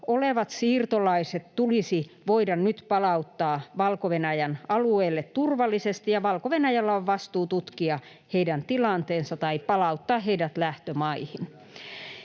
olevat siirtolaiset tulisi voida nyt palauttaa Valko-Venäjän alueelle turvallisesti, ja Valko-Venäjällä on vastuu tutkia heidän tilanteensa tai palauttaa heidät lähtömaihin.